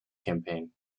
campaign